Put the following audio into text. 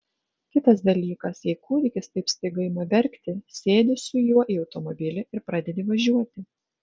kitas dalykas jei kūdikis taip staiga ima verkti sėdi su juo į automobilį ir pradedi važiuoti